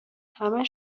همه